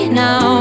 now